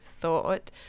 thought